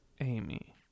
Amy